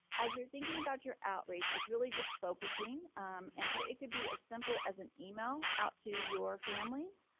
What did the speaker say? as you're thinking about your outreach, it is really just focusing and so it could be as simple as an email out to your families.